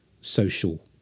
social